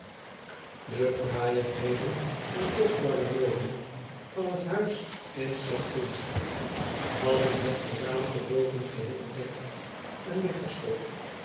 de fraaiigheden en kostbare meubelen van het huis in sackville street hadden het geraamte boven geheel bedekt en weggestopt